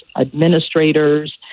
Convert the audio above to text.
administrators